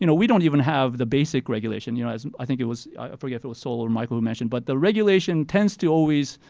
you know we don't even have the basic regulation, you know as i think it was, i forget if it was saul or michael who mentioned. but the regulation tends to always,